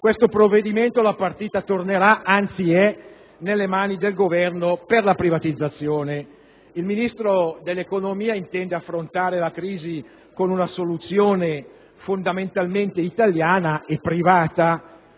questo provvedimento, la partita tornerà - anzi è già - nelle mani del Governo per la privatizzazione. Il Ministro dell'economia intende affrontare la crisi con una soluzione fondamentalmente italiana e privata;